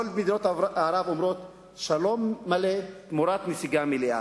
כל מדינות ערב אומרות שלום מלא תמורת נסיגה מלאה.